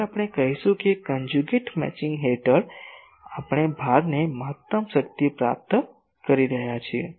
જ્યારે આપણે કહીશું કે કંજુગેટ મેચિંગ હેઠળ આપણે ભારને મહત્તમ શક્તિ પ્રાપ્ત કરી રહ્યા છીએ